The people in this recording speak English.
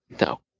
no